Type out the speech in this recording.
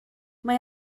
mae